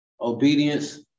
obedience